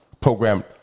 program